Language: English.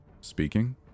Speaking